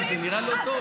טלי, זה נראה לא טוב.